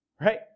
Right